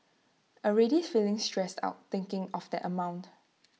already feeling stressed out thinking of that amount